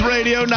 Radio